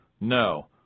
No